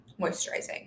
moisturizing